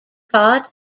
taught